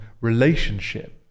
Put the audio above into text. relationship